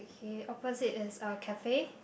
K opposite is a cafe